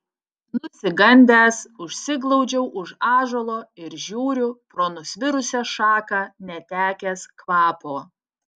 nusigandęs užsiglaudžiau už ąžuolo ir žiūriu pro nusvirusią šaką netekęs kvapo